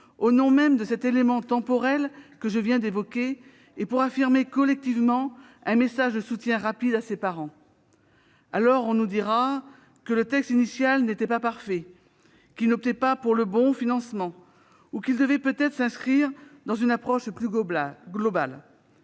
au nom même de cet élément temporel que je viens d'évoquer et pour affirmer, collectivement, un message de soutien rapide à ces parents. On nous dira que le texte initial n'était pas parfait, qu'il n'optait pas pour le bon financement ou qu'il devait peut-être s'inscrire dans une approche plus globale.